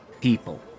People